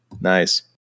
Nice